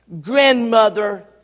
grandmother